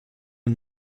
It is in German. nun